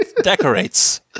Decorates